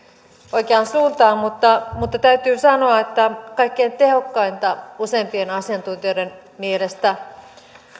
oikeaan suuntaan mutta mutta täytyy sanoa että kaikkein tehokkainta useimpien asiantuntijoiden mielestä